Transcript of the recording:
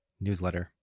newsletter